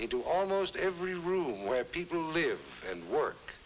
into almost every room where people live and work